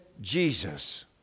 Jesus